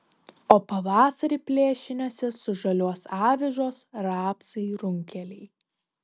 o pavasarį plėšiniuose sužaliuos avižos rapsai runkeliai